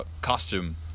costume